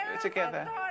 together